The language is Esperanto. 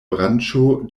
branĉo